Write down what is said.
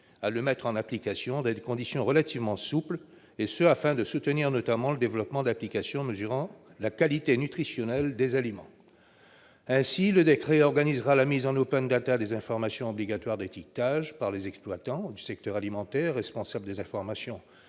à le mettre en application, dans des conditions relativement souples, et ce afin de soutenir notamment le développement d'applications mesurant la qualité nutritionnelle des aliments. Ainsi, le décret organisera la mise en des informations obligatoires d'étiquetage par les exploitants du secteur alimentaire responsables des informations